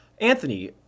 Anthony